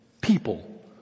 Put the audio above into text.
people